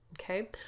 Okay